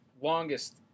longest